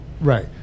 Right